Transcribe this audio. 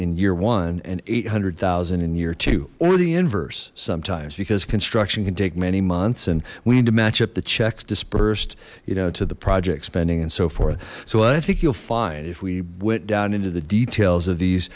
in year one and eight hundred thousand and year two or the inverse sometimes because construction can take many months and we need to match up the checks dispersed you know to the project spending and so forth so i think you'll find if we went down into the details of these